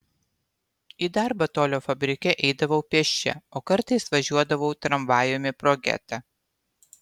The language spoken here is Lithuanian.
į darbą tolio fabrike eidavau pėsčia o kartais važiuodavau tramvajumi pro getą